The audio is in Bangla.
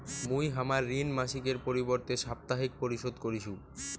মুই হামার ঋণ মাসিকের পরিবর্তে সাপ্তাহিক পরিশোধ করিসু